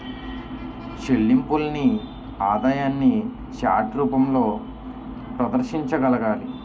చెల్లింపుల్ని ఆదాయాన్ని చార్ట్ రూపంలో ప్రదర్శించగలగాలి